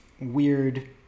weird